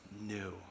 new